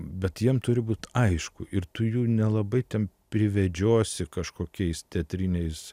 bet jiem turi būt aišku ir tu jų nelabai ten privedžiosi kažkokiais teatriniais